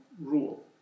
rule